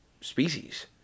species